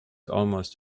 almost